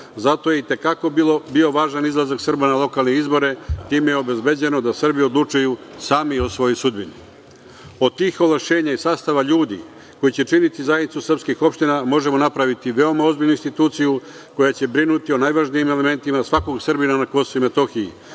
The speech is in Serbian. Zato je i te kako bio važan izlazak Srba na lokalne izbore. Time je obezbeđeno da Srbi odlučuju sami o svojoj sudbini. Od tih ovlašćenja i sastava ljudi koji će činiti zajednicu srpskih opština možemo napraviti veoma ozbiljnu instituciju koja će brinuti o najvažnijim elementima svakog Srbina na Kosovu i Metohiji,